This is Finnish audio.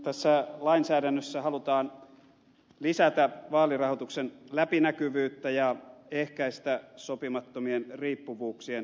tässä lainsäädännössä halutaan lisätä vaalirahoituksen läpinäkyvyyttä ja ehkäistä sopimattomien riippuvuuksien syntymistä